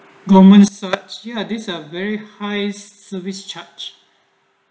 goldman sachs ya these are very highs service charge